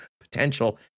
potential